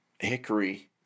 Hickory